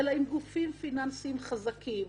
אלא עם גופים פיננסיים חזקים,